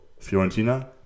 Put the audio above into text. Fiorentina